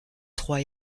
trois